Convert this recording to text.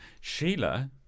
Sheila